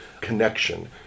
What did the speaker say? connection